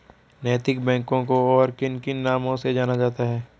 नैतिक बैंकों को और किन किन नामों से जाना जाता है?